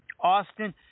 Austin